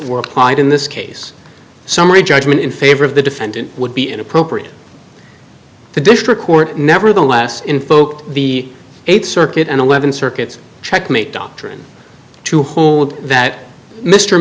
were applied in this case summary judgment in favor of the defendant would be inappropriate to district court nevertheless in folk v eight circuit and eleven circuits checkmate doctrine to hold that mr